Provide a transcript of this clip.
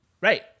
Right